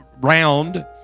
round